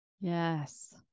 Yes